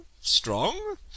strong